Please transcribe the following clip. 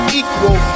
equal